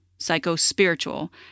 Psycho-spiritual